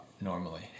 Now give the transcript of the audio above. normally